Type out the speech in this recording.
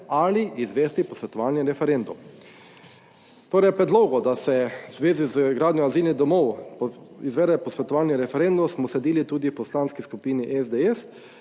ali izvesti posvetovalni referendum. Torej v predlogu, da se v zvezi z gradnjo azilnih domov izvede posvetovalni referendum smo sledili tudi v Poslanski skupini SDS